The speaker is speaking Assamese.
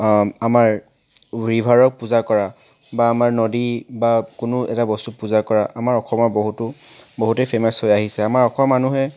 আমাৰ ৰিভাৰক পূজা কৰা বা আমাৰ নদী বা কোনো এটা বস্তু পূজা কৰা আমাৰ অসমৰ বহুতো বহুতেই ফেমাছ হৈ আহিছে আমাৰ অসমৰ মানুহে